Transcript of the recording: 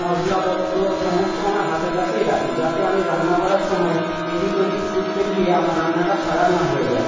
মশলাপত্র সমস্ত আমার হাতের কাছেই রাখি যাতে আমি রান্না করার সময় এদিক ওদিক ছুটতে গিয়ে আমার রান্নাটা খারাপ না হয়ে যায়